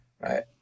right